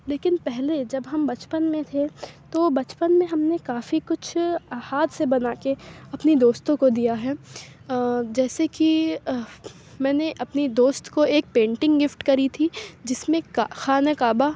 لیکن پہلے جب ہم بچپن میں تھے تو بچپن میں ہم نے کافی کچھ ہاتھ سے بنا کے اپنی دوستوں کو دیا ہے اور جیسے کہ میں نے اپنی دوست کو ایک پینٹنگ گفٹ کری تھی جس میں کا خانۂ کعبہ